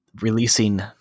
releasing